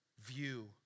view